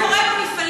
תראה מה קורה במפעלים,